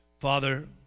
Father